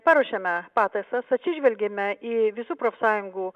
paruošėme pataisas atsižvelgėme į visų profsąjungų